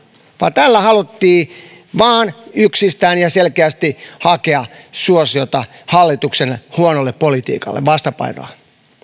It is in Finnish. vaan tällä haluttiin vain yksistään ja selkeästi hakea suosiota hallituksen huonolle politiikalle vastapainoa tämä